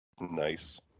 Nice